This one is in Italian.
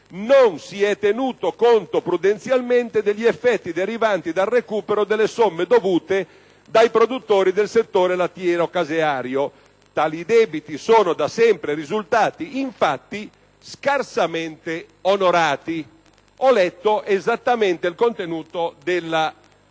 non si è tenuto conto -«prudenzialmente degli effetti derivanti dal recupero delle somme dovute dai produttori del settore lattiero‑caseario. Tali debiti sono da sempre risultati, infatti, scarsamente onorati». Ho letto esattamente il contenuto